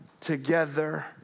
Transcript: together